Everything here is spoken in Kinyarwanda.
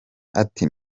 ati